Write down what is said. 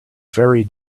very